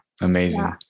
Amazing